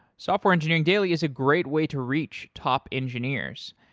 software engineering daily is a great way to reach top engineers.